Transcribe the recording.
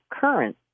current